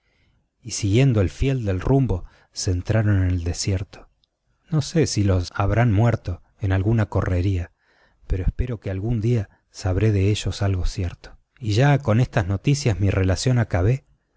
y siguiendo el fiel del rumbo se entraron en el desierto no sé si los habrán muerto en alguna correría pero espero que algún día sabré de ellos algo cierto y ya con estas noticias mi relación acabé